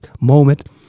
moment